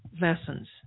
lessons